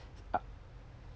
uh